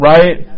Right